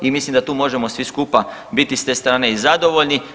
I mislim da tu možemo svi skupa biti s te strane i zadovoljni.